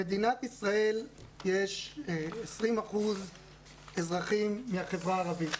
במדינת ישראל יש 20% אזרחים מן החברה הערבית.